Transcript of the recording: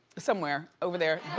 somewhere over there.